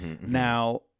Now